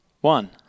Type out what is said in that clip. One